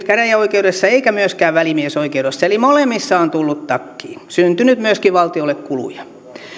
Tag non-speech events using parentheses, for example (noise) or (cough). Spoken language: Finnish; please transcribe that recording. (unintelligible) käräjäoikeudessa eikä myöskään välimiesoikeudessa eli molemmissa on tullut takkiin syntynyt myöskin valtiolle kuluja